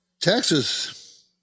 Texas